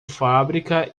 fábrica